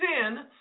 sin